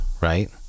right